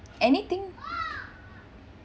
anything